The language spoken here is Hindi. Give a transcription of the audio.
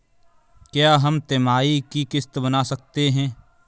क्या हम तिमाही की किस्त बना सकते हैं?